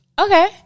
Okay